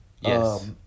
Yes